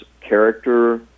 character